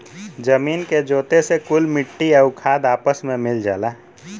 जमीन के जोते से कुल मट्टी आउर खाद आपस मे मिल जाला